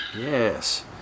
Yes